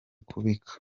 kubika